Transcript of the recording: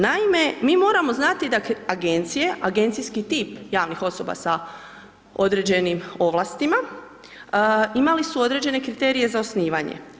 Naime, mi moramo znati da agencije, agencijski tip javnih osoba sa određenim ovlastima, imali su određene kriterije za osnivanje.